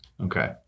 Okay